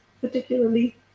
particularly